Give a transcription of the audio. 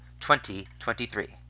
2023